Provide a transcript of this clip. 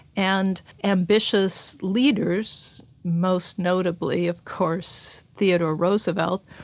and ambitious leaders, most notably of course theodore roosevelt,